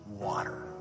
water